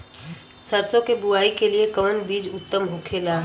सरसो के बुआई के लिए कवन बिज उत्तम होखेला?